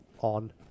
on